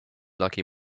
lucky